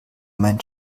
mein